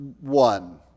one